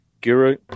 Guru